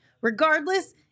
Regardless